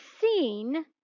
seen